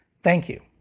thank you.